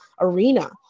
arena